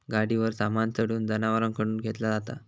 गाडीवर सामान चढवून जनावरांकडून खेंचला जाता